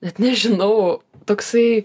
net nežinau toksai